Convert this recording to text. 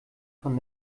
von